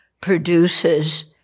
produces